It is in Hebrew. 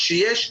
כשיש,